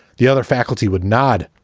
the other faculty would nod